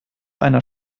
einer